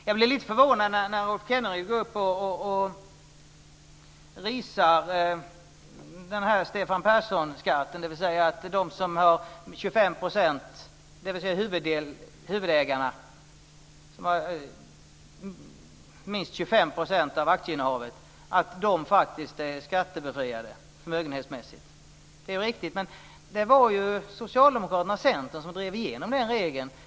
Jag blir lite förvånad när Rolf Kenneryd går upp och risar Stefan Persson-skatten, dvs. att de som är huvudägarna och har minst 25 % av aktieinnehavet är skattebefriade förmögenhetsmässigt. Det är riktigt, men det var Socialdemokraterna och Centern som drev igenom den regeln.